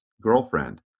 girlfriend